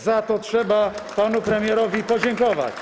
Za to trzeba panu premierowi podziękować.